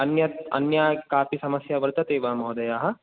अन्यत् अन्या कापि समस्या वर्तते वा महोदयाः